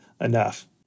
enough